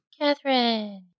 Catherine